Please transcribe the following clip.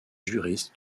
juristes